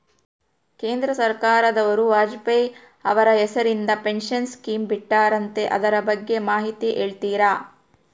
ಕೇಂದ್ರ ಸರ್ಕಾರದವರು ವಾಜಪೇಯಿ ಅವರ ಹೆಸರಿಂದ ಪೆನ್ಶನ್ ಸ್ಕೇಮ್ ಬಿಟ್ಟಾರಂತೆ ಅದರ ಬಗ್ಗೆ ಮಾಹಿತಿ ಹೇಳ್ತೇರಾ?